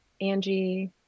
Angie